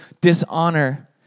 dishonor